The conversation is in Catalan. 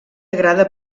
agrada